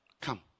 come